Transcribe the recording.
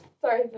sorry